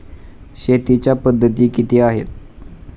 शेतीच्या पद्धती किती आहेत?